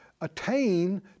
attain